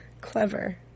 Clever